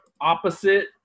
opposite